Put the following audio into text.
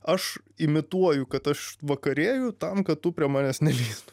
aš imituoju kad aš vakarėju tam kad tu prie manęs nelįstum